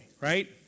right